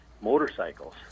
motorcycles